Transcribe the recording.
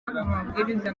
amabwiriza